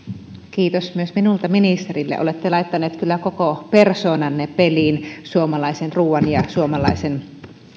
kiitos myös minulta ministerille olette kyllä laittanut koko persoonanne peliin suomalaisen ruuan ja suomalaisen